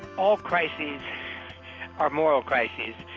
all crises are moral crises.